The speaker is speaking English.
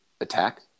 attack